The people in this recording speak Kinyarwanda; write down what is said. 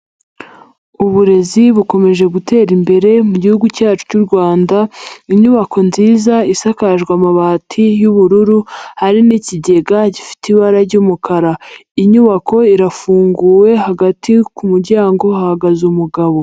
Uburezi bukomeje gutera imbere mu Gihugu cyacu cy'u Rwanda, inyubako nziza isakajwe amabati y'ubururu hari n'ikigega gifite ibara ry'umukara. Inyubako irafunguwe hagati ku muryango hahagaze umugabo.